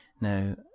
Now